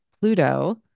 Pluto